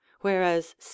whereas